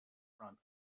front